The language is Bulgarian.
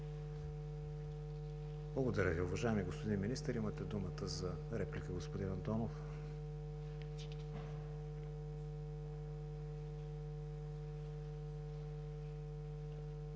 Благодаря Ви, уважаеми господин Министър. Имате думата, за реплика, господин Антонов.